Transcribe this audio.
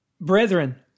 Brethren